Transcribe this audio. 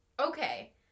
okay